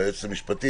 והיועצת המשפטית,